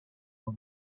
all